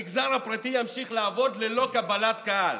המגזר הפרטי ימשיך לעבוד ללא קבלת קהל.